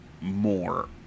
more